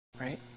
right